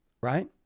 right